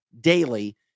daily